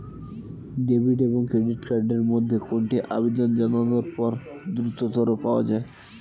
Debit এবং credit card এর মধ্যে কোনটি আবেদন জানানোর পর দ্রুততর পাওয়া য়ায়?